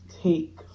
take